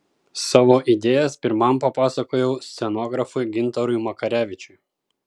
savo idėjas pirmam papasakojau scenografui gintarui makarevičiui